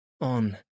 on